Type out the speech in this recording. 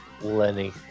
Lenny